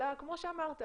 אלא כמו שאמרת,